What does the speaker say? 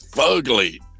Ugly